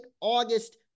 August